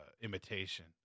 imitation